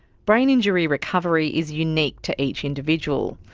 brain injury recovery is unique to each individual.